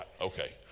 okay